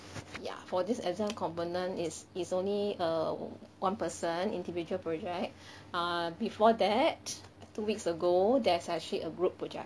ya for this exam component is is only a one person individual project uh before that two weeks ago there's actually a group project